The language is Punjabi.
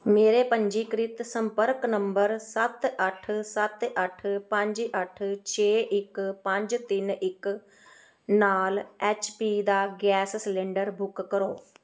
ਮੇਰੇ ਪੰਜੀਕ੍ਰਿਤ ਸੰਪਰਕ ਨੰਬਰ ਸੱਤ ਅੱਠ ਸੱਤ ਅੱਠ ਪੰਜ ਅੱਠ ਛੇ ਇਕ ਪੰਜ ਤਿੰਨ ਇਕ ਨਾਲ ਐਚ ਪੀ ਦਾ ਗੈਸ ਸਿਲੰਡਰ ਬੁੱਕ ਕਰੋ